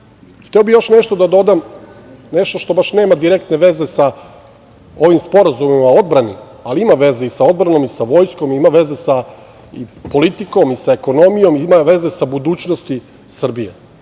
bih još nešto da dodam, nešto što baš nema direktne veze sa ovim sporazumima o odbrani, ali ima veze i sa odbranom, i sa vojskom, ima veze sa politikom, sa ekonomijom, ima veze sa budućnosti Srbije,